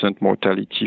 mortality